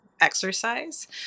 exercise